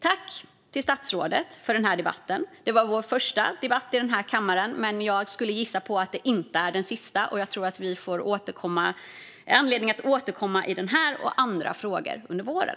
Jag tackar statsrådet för debatten. Det var vår första debatt i den här kammaren, men jag skulle gissa att det inte blir den sista. Jag tror att vi får anledning att återkomma i den här och andra frågor under våren.